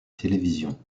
télévision